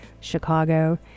chicago